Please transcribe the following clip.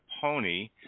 Pony